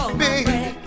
baby